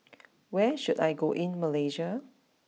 where should I go in Malaysia